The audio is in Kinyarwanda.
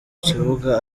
kibuga